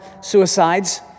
suicides